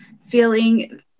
feeling